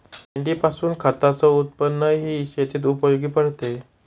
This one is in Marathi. मेंढीपासून खताच उत्पन्नही शेतीत उपयोगी पडते